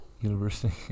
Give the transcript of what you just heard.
University